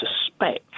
suspect